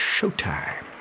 Showtime